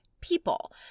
people